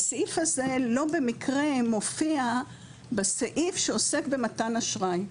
והסעיף הזה לא במקרה מופיע בסעיף שעוסק במתן אשראי.